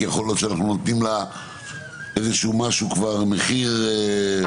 כי יכול להיות שאנחנו נותנים כבר מחיר צמוד,